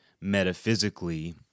metaphysically